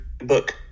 book